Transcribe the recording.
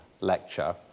lecture